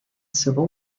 civil